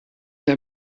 der